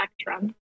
spectrum